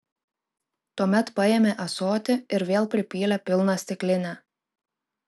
tuomet paėmė ąsotį ir vėl pripylė pilną stiklinę